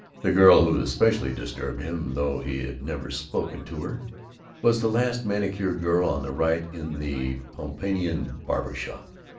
the girl who especially disturbed him though he had never spoken to her was the last manicure girl on the right in the pompeian barber shop.